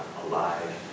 alive